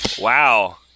wow